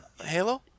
Halo